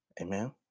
amen